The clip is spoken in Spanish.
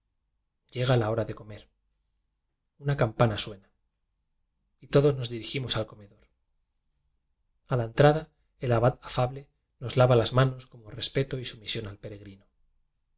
estancias llega la hora de comer una campana suena y todos nos dirigimos al comedor a la entrada el abad afable nos lava las manos como respeto y sumi sión al peregrino